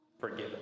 forgiven